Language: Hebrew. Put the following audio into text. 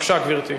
גברתי.